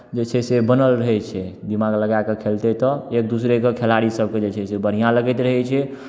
जे छै से बनल रहै छै दिमाग लगा कऽ खेलतै तऽ एक दोसरेके खिलाड़ीसभके जे छै से बढ़िआँ लगैत रहै छै